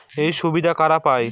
এই সুবিধা কারা পায়?